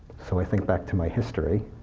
so i think back to my history,